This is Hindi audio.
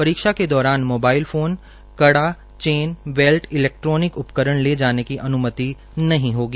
परीक्षा के दौरान मोबाईल फोन कड़ा चेन बैल्ट इलेक्ट्रानिक उपकरण ले जाने की अनुमति नहीं होगी